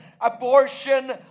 abortion